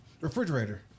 refrigerator